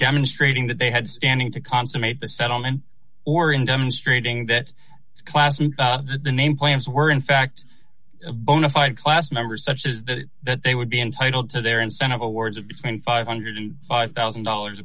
demonstrating that they had standing to consummate the settlement or in demonstrating that class in the name claims were in fact bona fide class members such as that they would be entitled to their incentive awards of between five hundred and five thousand dollars